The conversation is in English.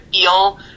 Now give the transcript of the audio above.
feel